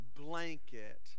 blanket